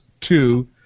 two